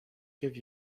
give